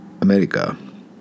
America